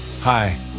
Hi